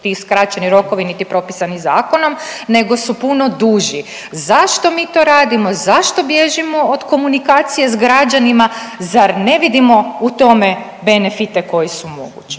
ti skraćeni rokovi niti propisani zakonom, nego su puno duži. Zašto mi to radimo? Zašto bježimo od komunikacije sa građanima? Zar ne vidimo u tome benefite koji su mogući?